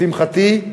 לשמחתי,